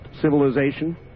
civilization